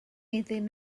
iddyn